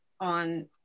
on